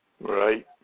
Right